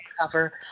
cover